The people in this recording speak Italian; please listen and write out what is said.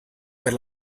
per